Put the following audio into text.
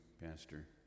Pastor